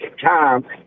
time